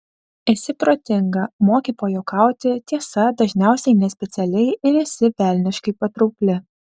esi protinga moki pajuokauti tiesa dažniausiai nespecialiai ir esi velniškai patraukli